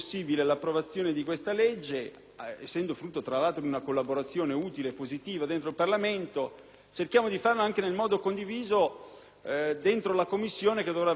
essendo frutto, tra l'altro, di una collaborazione utile e positiva dentro il Parlamento; cerchiamo di farlo in modo condiviso anche nella Commissione che dovrà valutare i decreti delegati.